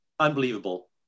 unbelievable